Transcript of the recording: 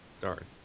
Darn